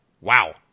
Wow